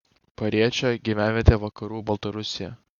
pariečė gyvenvietė vakarų baltarusijoje